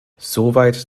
soweit